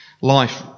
Life